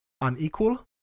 unequal